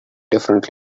differently